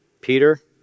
Peter